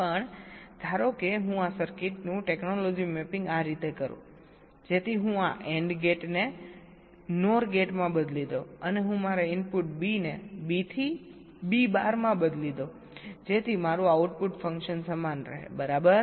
પણ ધારો કે હું આ સર્કિટનું ટેકનોલોજી મેપિંગ આ રીતે કરું જેથી હું આ AND ગેટને NOR ગેટમાં બદલી દઉં અને હું મારા ઇનપુટ B ને B થી B બારમાં બદલી દઉં જેથી મારું આઉટપુટ ફંકશન સમાન રહે બરાબર